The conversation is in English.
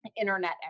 internet